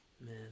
man